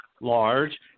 large